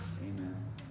amen